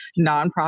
nonprofit